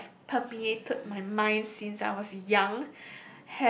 that have permeated my mind since I was young